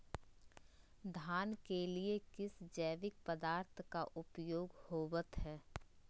धान के लिए किस जैविक पदार्थ का उपयोग होवत है?